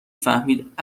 فهمید